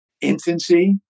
infancy